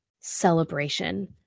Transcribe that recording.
celebration